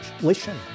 listen